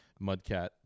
Mudcat